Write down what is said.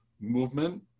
movement